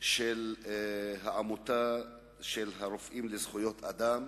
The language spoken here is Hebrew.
של עמותת "רופאים לזכויות אדם",